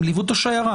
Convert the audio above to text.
הם ליוו את השיירה.